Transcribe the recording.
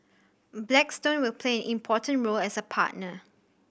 blackstone will play an important role as a partner